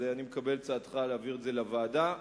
אני מקבל את הצעתך להעביר את הנושא לוועדת החוקה,